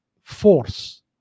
force